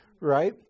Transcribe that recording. right